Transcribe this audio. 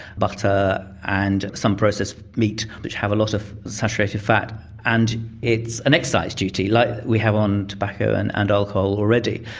butter and some processed meat which have a lot of saturated fat and it's an excise duty like we have on tobacco and and alcohol already.